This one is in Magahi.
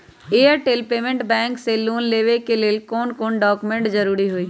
एयरटेल पेमेंटस बैंक से लोन लेवे के ले कौन कौन डॉक्यूमेंट जरुरी होइ?